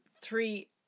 three